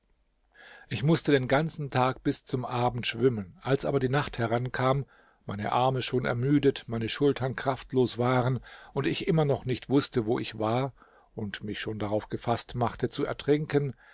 ich mußte den ganzen tag bis zum abend schwimmen als aber die nacht herankam meine arme schon ermüdet meine schultern kraftlos waren und ich immer noch nicht wußte wo ich war und mich schon darauf gefaßt machte zu ertrinken